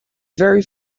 very